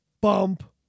bump